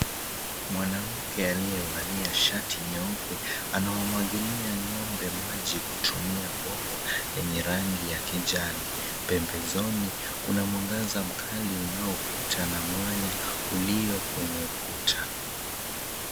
Mwanamke aliyevalia shati nyeupe ana wamwagilia ng'ombe maji kutumia bomba lenye rangi ya kijani. Pembezoni kuna mwangaza mkali unaopita na mwanya ulio kwenye ukuta.